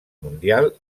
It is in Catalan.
mundial